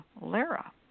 Lara